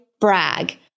brag